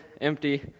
empty